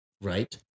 right